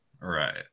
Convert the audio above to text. Right